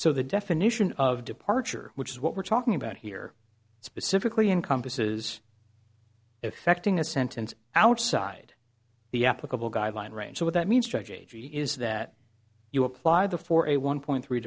so the definition of departure which is what we're talking about here specifically encompasses effecting a sentence outside the applicable guideline range so that means judge a g is that you apply the for a one point three